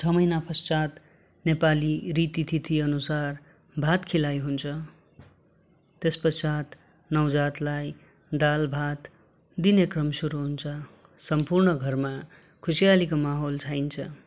छ महिना पश्चात् नेपाली रीति थिति अनुसार भात खिलाइ हुन्छ त्यस पश्चात् नवजातलाई दाल भात दिने क्रम सुरू हुन्छ सम्पूर्ण घरमा खुसीयालीको माहोल छाइन्छ